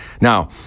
Now